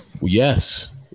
Yes